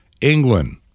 England